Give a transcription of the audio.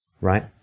right